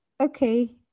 Okay